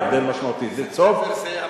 יש הבדל משמעותי.